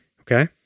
Okay